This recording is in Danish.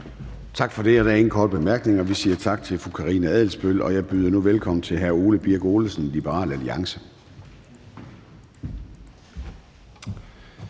Tak for det. Der er ingen korte bemærkninger, så vi siger tak til fru Karina Adsbøl. Og jeg byder nu velkommen til fru Helena Artmann Andresen fra Liberal Alliance.